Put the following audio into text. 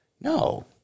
No